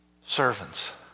servants